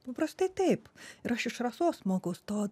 paprastai taip ir aš iš rasos mokaus to